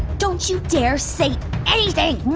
don't you dare say anything!